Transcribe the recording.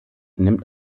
nimmt